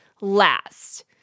last